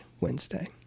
Wednesday